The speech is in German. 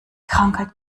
krankheit